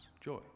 joy